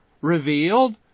revealed